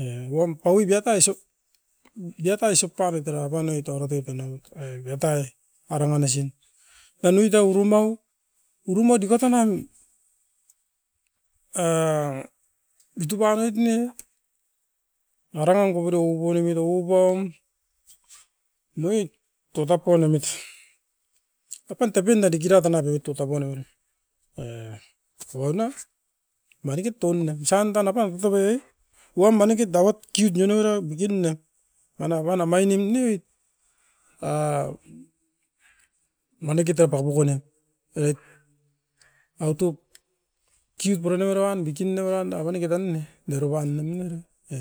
E wam paui biatai iso, biatai isop paroit era apaunoi tauara toit tana ut ai biatai, aranan asin. Panuitau urumau, urumau dika tanan a dituban oit ne era nan koporio ukonemit o ukuam noit toutap ponemit. Apan tapin a dikira tan abiot tukapo ne mara, e ouna marikit touminan osanda napan kotobe ai, wam manikit dauat kiut nonio era bikin na, mana uan omainim ne oit, a maniki toupa mukunen. Oit autop kiut puranom era uan bikin na maran apaniki tan ne, deruvan namin era, e